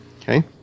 Okay